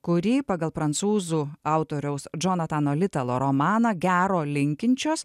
kurį pagal prancūzų autoriaus džonatano litelo romaną gero linkinčios